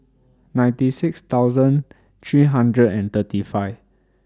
ninety six thousand three hundred and thirty five